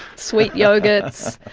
sweet yoghurts.